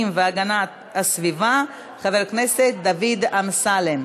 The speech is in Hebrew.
והגנת הסביבה חבר הכנסת דוד אמסלם.